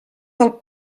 del